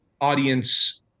audience